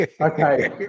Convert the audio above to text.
Okay